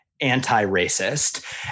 anti-racist